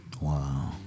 Wow